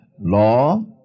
law